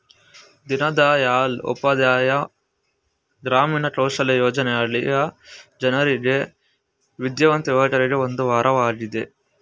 ದೀನದಯಾಳ್ ಉಪಾಧ್ಯಾಯ ಗ್ರಾಮೀಣ ಕೌಶಲ್ಯ ಯೋಜನೆ ಹಳ್ಳಿಯ ಜನರಿಗೆ ವಿದ್ಯಾವಂತ ಯುವಕರಿಗೆ ಒಂದು ವರವಾಗಿದೆ